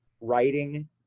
writing